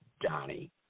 Donnie